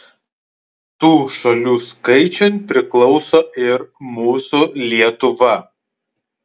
tų šalių skaičiun priklauso ir mūsų lietuva